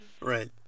Right